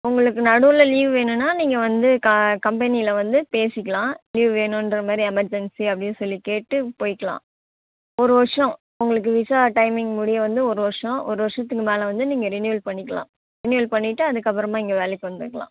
உங்களுக்கு நடுவில் லீவ் வேணும்னா நீங்கள் வந்து கா கம்பெனியில் வந்து பேசிக்கலாம் லீவ் வேணுன்றமாரி எமர்ஜென்சி அப்படின்னு சொல்லி கேட்டு போயிக்கலாம் ஒரு வர்ஷம் உங்களுக்கு விசா டைமிங் முடிய வந்து ஒரு வர்ஷம் ஒரு வர்ஷத்துக்கு மேலே வந்து நீங்கள் ரினிவல் பண்ணிக்கலாம் ரினிவல் பண்ணிட்டு அதுக்கப்புறமா இங்கே வேலைக்கு வந்துக்கலாம்